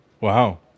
wow